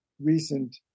recent